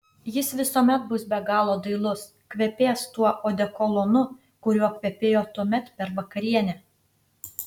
jis visuomet bus be galo dailus kvepės tuo odekolonu kuriuo kvepėjo tuomet per vakarienę